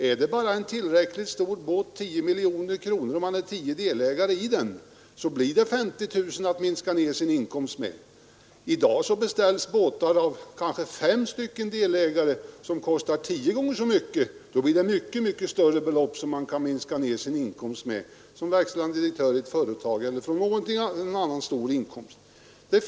Är det bara en tillräckligt stor båt — på 10 miljoner kronor — och man är tio delägare, så blir det 50 000 kronor att minska sin inkomst med. I dag beställs av kanske fem delägare båtar som kostar tio gånger så mycket, och då blir det mycket större belopp med vilka man kan minska en inkomst som verkställande direktör i ett företag eller någon annan stor inkomst.